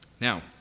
Now